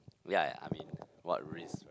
ya ya I mean what risk